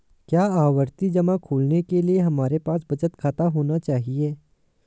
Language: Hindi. क्या आवर्ती जमा खोलने के लिए हमारे पास बचत खाता होना चाहिए?